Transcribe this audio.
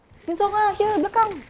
Sheng Siong ah here belakang